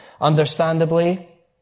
understandably